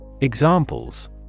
Examples